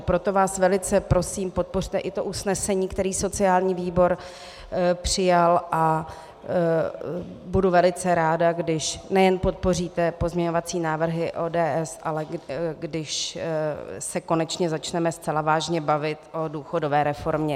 Proto vás velice prosím, podpořte i to usnesení, které sociální výbor přijal, a budu velice ráda, když nejen podpoříte pozměňovací návrhy ODS, ale když se konečně začneme zcela vážně bavit o důchodové reformě.